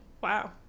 Wow